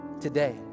today